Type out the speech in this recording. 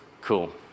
Cool